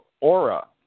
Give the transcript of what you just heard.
aura